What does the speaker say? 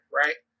right